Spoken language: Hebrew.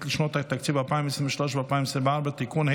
לשנת התקציב 2023 ו-2024) (תיקון),